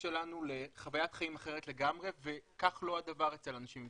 שלנו לחוויית חיים אחרת לגמרי וכך לא הדבר אצל אנשים עם